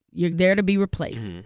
you're there to be replaced.